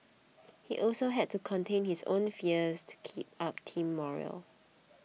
he also had to contain his own fears to keep up team morale